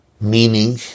Meaning